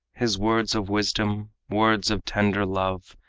his words of wisdom, words of tender love,